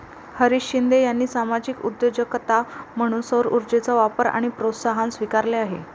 हरीश शिंदे यांनी सामाजिक उद्योजकता म्हणून सौरऊर्जेचा वापर आणि प्रोत्साहन स्वीकारले आहे